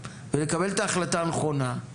ולקבל את ההחלטה הנכונה,